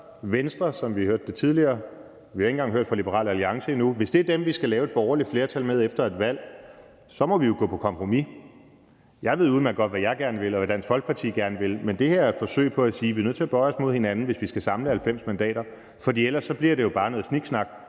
Venstre, som vi hørte tidligere – og vi har ikke engang hørt fra Liberal Alliance endnu – vi skal lave et borgerligt flertal med efter et valg, må vi gå på kompromis. Jeg ved udmærket godt, hvad jeg gerne vil, og hvad Dansk Folkeparti gerne vil, men det her er et forsøg på at sige, at vi er nødt til at bøje os mod hinanden, hvis vi skal samle 90 mandater, for ellers bliver det jo bare noget sniksnak,